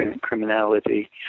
criminality